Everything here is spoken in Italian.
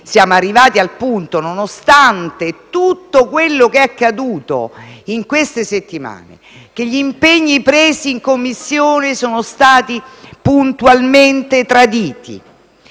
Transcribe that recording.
però arrivati al punto in cui, nonostante tutto quello che è accaduto in queste settimane, che gli impegni presi in Commissione sono stati puntualmente traditi.